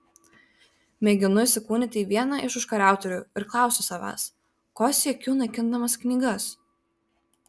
mėginu įsikūnyti į vieną iš užkariautojų ir klausiu savęs ko siekiu naikindamas knygas